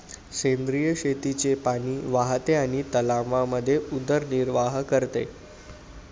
सेंद्रिय शेतीचे पाणी वाहते आणि तलावांमध्ये उदरनिर्वाह करते